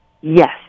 Yes